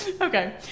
Okay